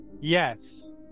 Yes